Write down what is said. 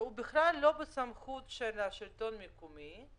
שהוא בכלל לא בסמכות של השלטון המקומי,